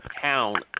town